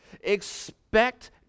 Expect